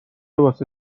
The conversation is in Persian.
واسه